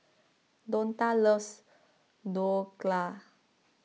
Donta loves Dhokla